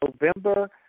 November